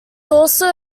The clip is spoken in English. also